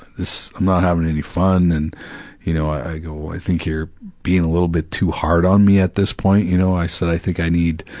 this, i'm not having any fun, and you know, i go, well i think you're being a little bit too hard on me at this point, you know, i said, i think i need